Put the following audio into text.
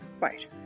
Right